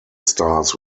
stars